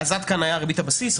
עד כאן על ריבית הבסיס.